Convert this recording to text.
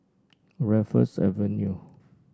Raffles Avenue